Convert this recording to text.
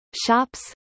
shops